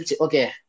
Okay